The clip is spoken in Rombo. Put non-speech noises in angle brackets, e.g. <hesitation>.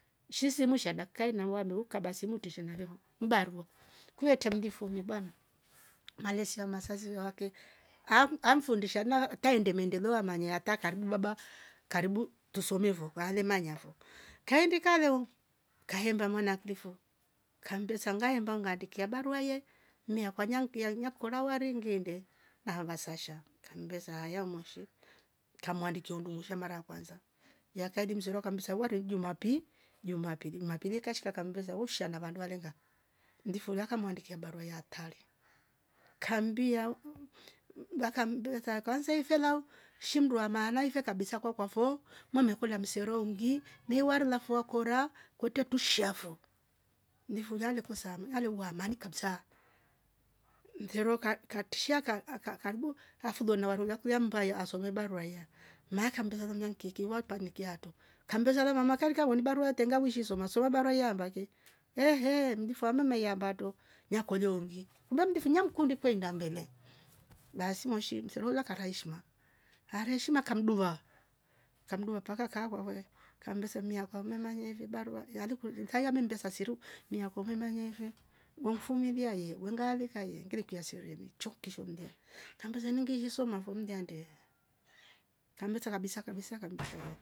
Shii simu shadakai neruwa meukaba simu tishi naryo mdaruro kuwete mlifu vubong malesi ya masasi wake aam amfundishe arna taende maendeleo amanye atake karbu labda karibu tusomevo kwa ale manyafo kaindika lo kahemba mwana aklifu kamduso sangaya mbo ngaandikia barua ye nia kwanya mtia ruwa korwa wale ndiendie navasasha kambe saya moshi. kamuandikio ndungusha mara ya kwanza. ya kaili mzurwa kamsua tweje jumapi- jumapili jumapili ekashika kambeza woshaan navandu alenga ndifulwa kamuandikia barua ya tale kamdia mhh eeh wakmdeke ya kaanze ifilao shindua maana ife kabisa kokoafo wamekoria misero ngi lewar lafuwa kora kwete tushiavo nivula lwepe same wale huwa amani kabisa. mndirukwa kaah katishia ka aka akaidua aflo na waraulywa kulya mbaya asoleda ruwaya. maana akambe <unintelligible> mnteke kiwa utamekia hato kambeze wamana karika woni barua tenga mwishiu soma soba raiyambake <hesitation> ehh mjifwa mmamimba to nakolongi mmemtu mfinyia nkundi kwenda mbele lazima nshi mserwela kakaishima ale heshima kamduva kadumva mpaka kakwakwe kamdusamia kwamla manye nivabarua yaliku ntaya ame mdaa saa siru nia komwe manyeve wumfumilia yee wengave kaienge ngilia nsirimi choo kishondia kambuzi inigi izshoma mafu mnaynde kamletala labisa kabisa <noise>